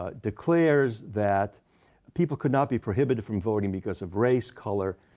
ah declares that people could not be prohibited from voting because of race, color,